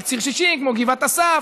על ציר 60 כמו גבעת אסף,